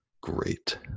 great